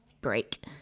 break